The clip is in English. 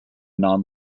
non